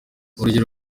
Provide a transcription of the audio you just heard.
urugero